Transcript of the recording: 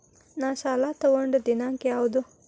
ನಾ ಸಾಲ ತಗೊಂಡು ದಿನಾಂಕ ಯಾವುದು?